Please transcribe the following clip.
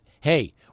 hey